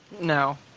No